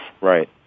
Right